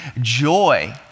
joy